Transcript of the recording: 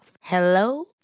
Hello